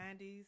90s